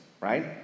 Right